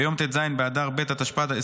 ביום ט"ז באדר ב' התשפ"ד,